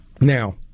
Now